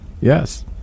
Yes